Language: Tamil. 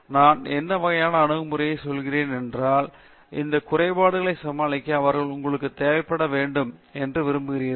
நான் என்ன வகையான அணுகுமுறைகளைச் சொல்கிறேன் என்றால் அந்த குறைபாடுகளைச் சமாளிக்க அவர்கள் உங்களுக்குத் தேவைப்பட வேண்டும் என்று விரும்புகிறீர்களா